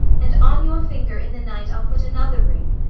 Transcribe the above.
and on your finger in the night i'll put another ring,